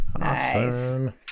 awesome